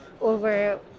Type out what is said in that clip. over